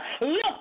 look